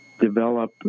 develop